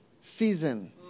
season